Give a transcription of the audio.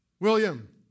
William